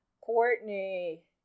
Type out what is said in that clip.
Courtney